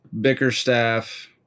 bickerstaff